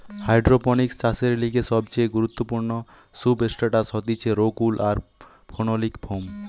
hydroponics চাষের লিগে সবচেয়ে গুরুত্বপূর্ণ সুবস্ট্রাটাস হতিছে রোক উল আর ফেনোলিক ফোম